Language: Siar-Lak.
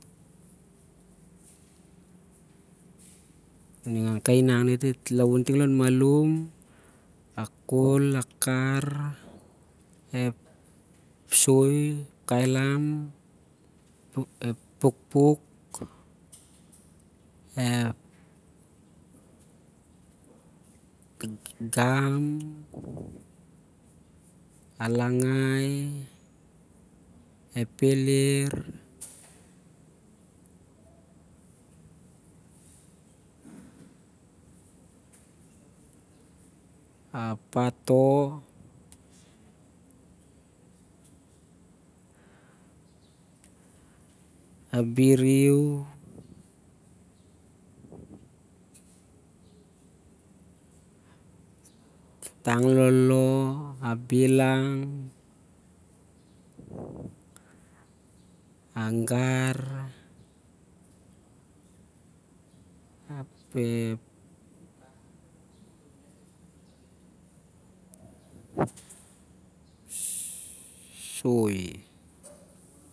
Ningan kai inang na dit laun ting anlon malum, a kul, a kar. ap episoi, kailam, ep pukpuk. ep gam, a langai, ep peleir, a pato, ap ep sh soi.